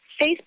Facebook